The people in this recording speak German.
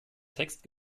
text